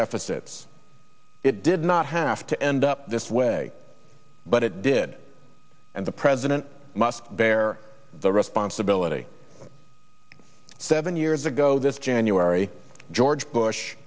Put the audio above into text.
deficits it did not have to end up this way but it did and the president must bear the responsibility seven years ago this january george bush